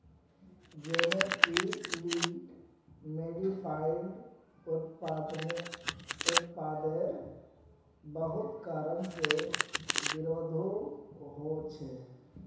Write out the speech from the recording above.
genetically modified उत्पादेर बहुत कारण से विरोधो होछे